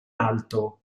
alto